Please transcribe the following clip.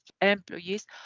employees